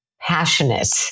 passionate